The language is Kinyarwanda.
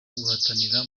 guhatanira